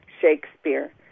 shakespeare